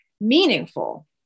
meaningful